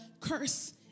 curse